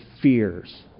fears